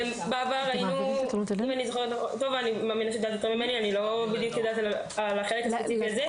אני לא בדיוק יודעת מה קורה בחלק הספציפי הזה.